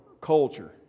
culture